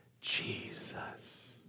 Jesus